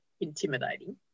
intimidating